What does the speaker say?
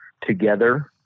together